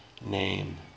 name